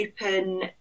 open